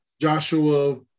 Joshua